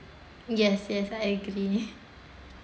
yes yes I agree